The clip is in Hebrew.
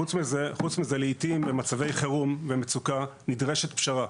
חוץ מזה, לעיתים במצבי חירום ומצוקה נדרשת פשרה.